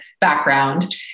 background